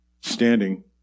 standing